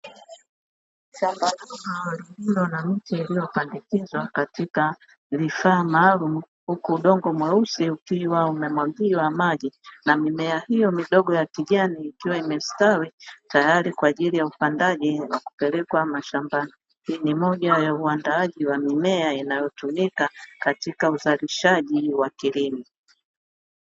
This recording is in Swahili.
Shamba kubwa lililo na miti iliyopandikizwa katika vifaa maalumu huku udongo mweusi ukiwa umemwagiwa maji na mimea hiyo midogo ya kijani ikiwa imestawi tayari kwa ajili ya upandaji kupelekwa mashambani, hii ni moja ya uandaaji wa mimea inayotumika katika uzalishaji wa kilimo.